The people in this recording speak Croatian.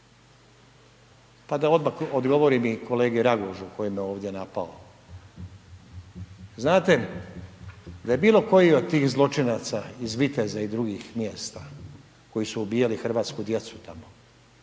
da odmah odgovorim i kolegi Ragužu koji me ovdje napao. Znate da je bilo koji od tih zločinaca iz Viteza i drugih mjesta koji su ubijali hrvatsku djecu tamo